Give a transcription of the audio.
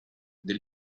del